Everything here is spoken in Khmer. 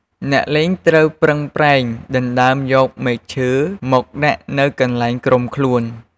អ្នកលេងត្រូវប្រឹងប្រែង ដណ្ដើមយកមែកឈើមកដាក់នៅកន្លែងក្រុមខ្លួន។